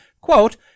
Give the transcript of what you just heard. Quote